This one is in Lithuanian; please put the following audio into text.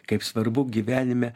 kaip svarbu gyvenime